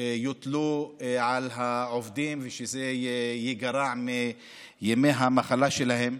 יוטלו על העובדים ושזה ייגרע מימי המחלה שלהם,